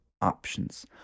options